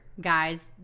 guys